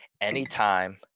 anytime